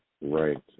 right